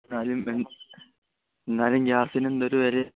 എന്നാലും എൻ എന്നാലും ഗ്യാസിനെന്തൊരു വിലയാണ്